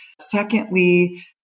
Secondly